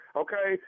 okay